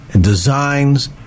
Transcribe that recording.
designs